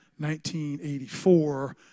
1984